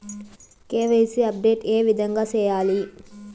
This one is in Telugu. కె.వై.సి అప్డేట్ ఏ విధంగా సేయాలి?